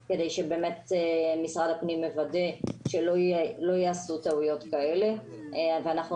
משרד הפנים מוודא שלא ייעשו טעויות כאלה ואנחנו